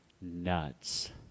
nuts